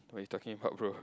what you talking about bro